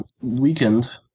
weakened